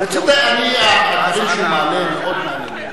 הדברים שהוא מעלה מאוד מעניינים.